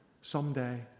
someday